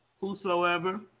whosoever